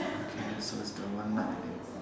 okay so it's the one night only